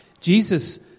Jesus